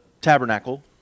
tabernacle